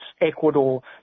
Ecuador